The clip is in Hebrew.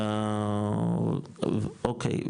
אוקי,